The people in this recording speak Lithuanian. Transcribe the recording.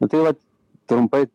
nu tai vat trumpai